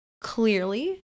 Clearly